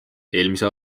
eelmise